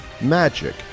magic